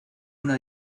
una